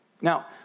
Now